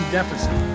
Deficit